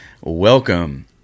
Welcome